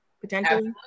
Potentially